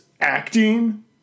acting